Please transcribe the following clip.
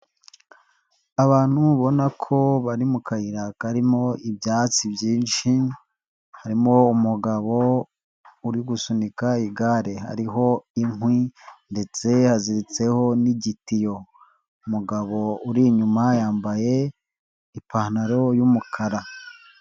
Abantu ubona ko bari mu kayira karimo ibyatsi byinshi, harimo umugabo uri gusunika igare hariho inkwi ndetse aziritseho n'gitiyo. Umugabo uri inyuma yambaye ipantaro y'umukara.